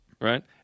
Right